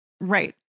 Right